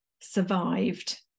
survived